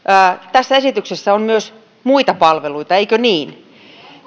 tässä esityksessä on myös muita palveluita eikö niin